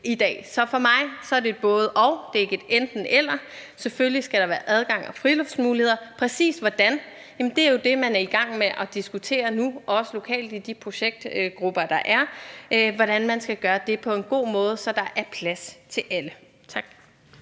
i dag. Så for mig er det et både-og; det er ikke et enten-eller. Selvfølgelig skal der være adgang og friluftsmuligheder. Præcis hvordan man skal gøre det på en god måde, er det, man er i gang med at diskutere nu også lokalt i de projektgrupper, der er nedsat, så der er plads til alle. Tak.